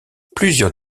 plusieurs